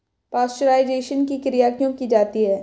Pasteurisation की क्रिया क्यों की जाती है?